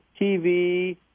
TV